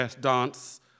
dance